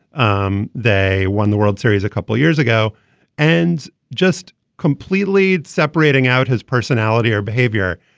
um they won the world series a couple of years ago and just completely separating out his personality or behavior.